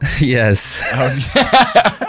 Yes